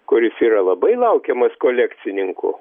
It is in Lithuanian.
kuris yra labai laukiamas kolekcininkų